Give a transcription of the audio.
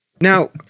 Now